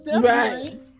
Right